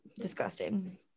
disgusting